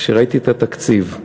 כשראיתי את התקציב,